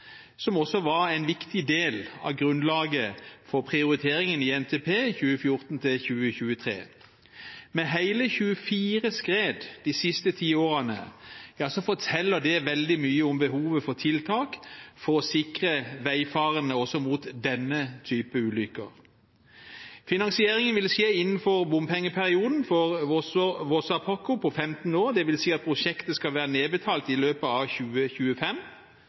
som også var en viktig del av grunnlaget for prioriteringen i NTP 2014–2023. Med hele 24 skred de siste ti årene forteller det veldig mye om behovet for tiltak for å sikre veifarende også mot denne type ulykker. Finansieringen vil skje innenfor bompengeperioden for Vossapakko på 15 år, dvs. at prosjektet skal være nedbetalt i løpet av 2025,